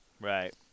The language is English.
Right